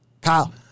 Kyle